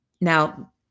Now